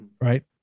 right